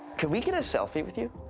can we get a selfie with you?